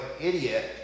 idiot